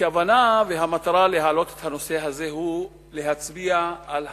הכוונה והמטרה היא להצביע על הסכנה,